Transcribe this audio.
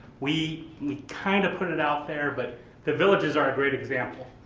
we we kind of put it out there, but the villages are a great example.